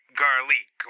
garlic